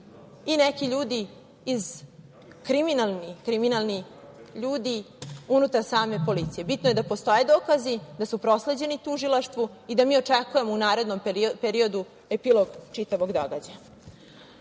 i neki ljudi, kriminalni ljudi unutar same policije. Bitno je da postoje dokazi, da su prosleđeni tužilaštvu i da mi očekujemo u narednom periodu epilog čitavog događaja. Svi